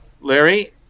Larry